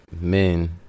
men